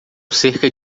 cerca